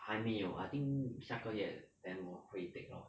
还没有 I think 下个月 then 我会 take lor